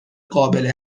قابل